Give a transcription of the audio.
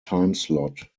timeslot